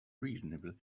reasonable